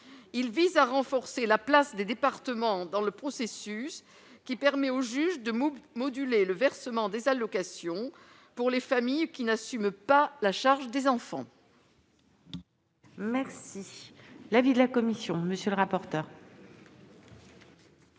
Il vise à renforcer la place des départements dans le processus qui permet au juge de moduler le versement des allocations aux familles qui n'assument pas la charge des enfants. Quel est l'avis de la commission ? Cet